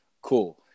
Cool